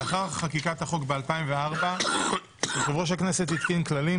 לאחר חקיקת החוק ב-2004 יושב-ראש הכנסת התקין כללים